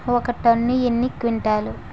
ఒక టన్ను ఎన్ని క్వింటాల్లు?